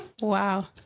Wow